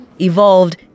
evolved